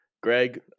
Greg